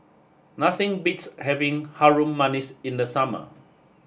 nothing beats having Harum Manis in the summer